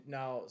now